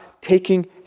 taking